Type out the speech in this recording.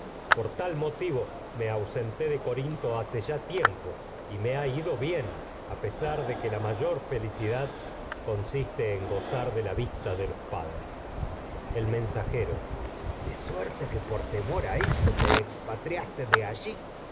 por tal motivo me ausenté decorinto hace ya tiempo y me ha ido bien a pesar de que la mayor felicidad los consiste en gozar de la vista de el padres mensajero de suerte que por temor a eso te expatriaste de